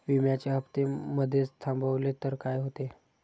विम्याचे हफ्ते मधेच थांबवले तर काय होते?